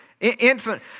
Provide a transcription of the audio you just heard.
Infant